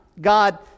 God